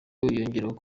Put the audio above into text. ngezeyo